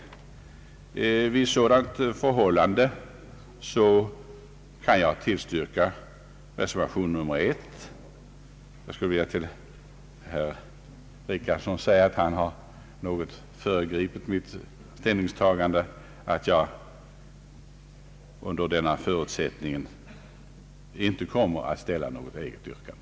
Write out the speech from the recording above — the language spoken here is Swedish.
Under sådana förhållanden kan jag tillstyrka reservationen 1. Till herr Richardson vill jag säga att han nog har föregripit mitt ställningstagande och att jag under nyss angivna förutsättning inte kommer att ställa något eget yrkande.